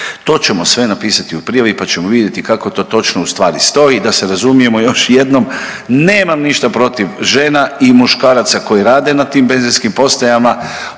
To ćemo sve napisati u prijavi pa ćemo vidjeti kako to točno ustvari stoji. Da se razumijemo još jednom nemam ništa protiv žena i muškaraca koji rade na tim benzinskim postajama,